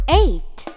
eight